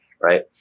Right